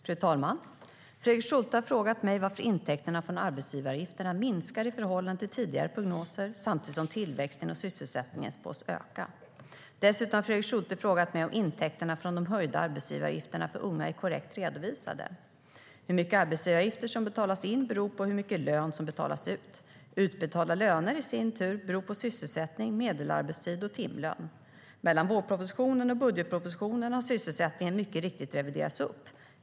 Fru talman! Fredrik Schulte har frågat mig varför intäkterna från arbetsgivaravgifterna minskar i förhållande till tidigare prognoser samtidigt som tillväxten och sysselsättningen spås öka. Dessutom har Fredrik Schulte frågat mig om intäkterna från de höjda arbetsgivaravgifterna för unga är korrekt redovisade. Hur mycket arbetsgivaravgifter som betalas in beror på hur mycket lön som betalas ut. Utbetalda löner i sin tur beror på sysselsättning, medelarbetstid och timlön. Mellan vårpropositionen och budgetpropositionen har sysselsättningen mycket riktigt reviderats upp.